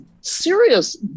serious